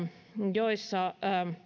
joissa